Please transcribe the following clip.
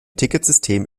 ticketsystem